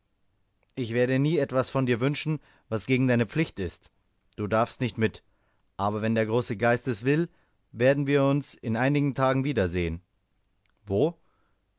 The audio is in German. ich werde nie etwas von dir wünschen was gegen deine pflicht ist du darfst nicht mit aber wenn der große geist es will werden wir uns in einigen tagen wiedersehen wo